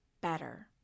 better